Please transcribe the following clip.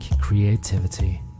creativity